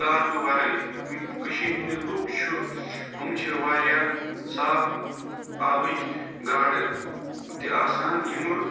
کارپہٕ وَرٲے یِم کٔشیٖرِ ہِنٛدِ لُکھ چھُ یِم چھِ واریاہ صاف آبٕکۍ گاڈٕ تہِ آسان یِمہٕ